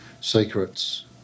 secrets